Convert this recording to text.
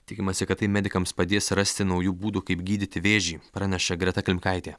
tikimasi kad tai medikams padės rasti naujų būdų kaip gydyti vėžį praneša greta klimkaitė